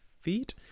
feet